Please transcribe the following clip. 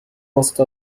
وسط